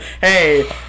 Hey